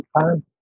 time